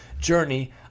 journey